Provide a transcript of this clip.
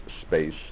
space